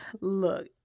look